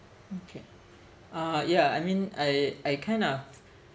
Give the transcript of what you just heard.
okay uh yeah I mean I I kind of